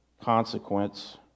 consequence